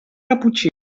caputxí